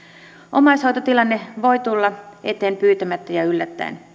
omaishoitotilanne voi tulla eteen pyytämättä ja yllättäen